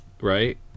right